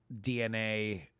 DNA